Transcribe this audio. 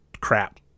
crap